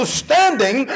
standing